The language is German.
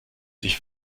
sich